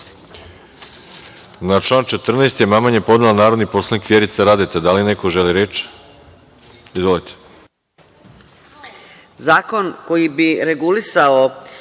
član 4. amandman je podnela narodni poslanik Vjerica Radeta. Da li neko želi reč? Izvolite.